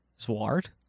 Zwart